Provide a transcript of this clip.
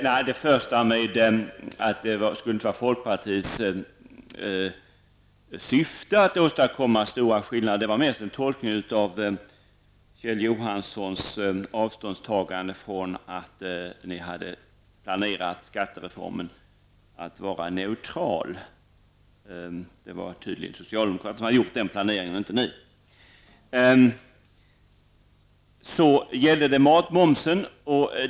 Herr talman! Först vill jag ta upp påståendet att det inte skulle vara folkpartiets syfte att åstadkomma stora skillnader med skattereformen. Det var mest en tolkning av Kjell Johanssons avståndstagande från att ni hade planerat att skattereformen skulle vara neutral. Det var tydligen socialdemokraterna som gjorde den planeringen och inte ni.